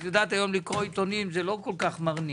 היום לקרוא עיתונים זה לא כל כך מרנין.